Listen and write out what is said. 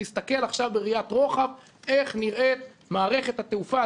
להסתכל עכשיו בראיית רוחב איך נראית מערכת התעופה,